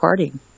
partying